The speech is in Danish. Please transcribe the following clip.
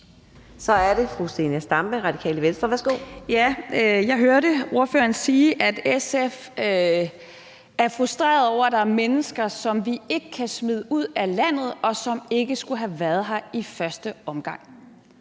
Så er det fru Zenia Stampe, Radikale Venstre. Værsgo. Kl. 10:43 Zenia Stampe (RV): Jeg hørte ordføreren sige, at SF er frustrerede over, at der er mennesker, som vi ikke kan smide ud af landet, og som ikke skulle have været her i første omgang.